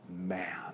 man